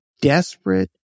desperate